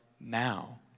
now